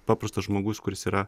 paprastas žmogus kuris yra